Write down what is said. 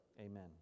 amen